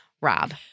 Rob